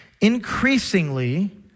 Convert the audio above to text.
increasingly